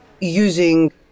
using